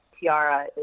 Tiara